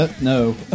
No